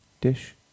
dish